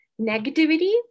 negativity